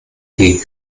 die